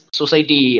society